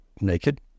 naked